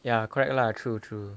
ya correct lah true true